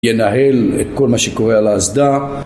ינהל את כל מה שקורה על האסדה